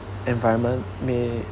environment may